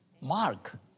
Mark